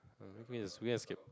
um escape